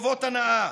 וטובות הנאה.